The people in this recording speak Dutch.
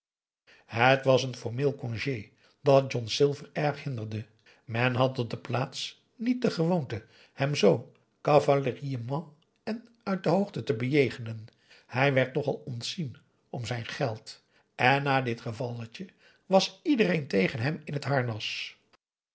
het was een formeel congé dat john silver erg hinderde men had op de plaats niet de gewoonte hem zoo cavalièrement en uit de hoogte te bejegenen hij werd nogal ontzien om zijn geld en na dit gevalletje was iedereen tegen hem in t harnas